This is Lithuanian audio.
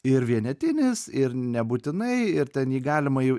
ir vienetinis ir nebūtinai ir ten jį galima jau